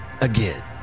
Again